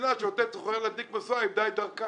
מדינה שנותנת לסוחרים להדליק משואה איבדה את דרכה.